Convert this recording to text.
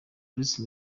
bruce